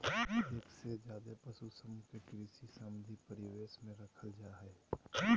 एक से ज्यादे पशु समूह के कृषि संबंधी परिवेश में रखल जा हई